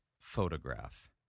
photograph